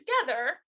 together